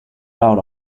out